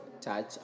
touch